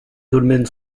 dolmen